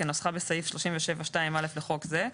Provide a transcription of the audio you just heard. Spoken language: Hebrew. כנוסחה בסעיף 37(2)(א) לחוק זה,